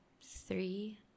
three